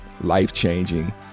life-changing